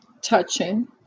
Touching